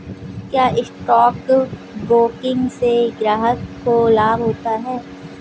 क्या stock broking से ग्राहक को लाभ होता है?